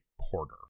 porter